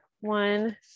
One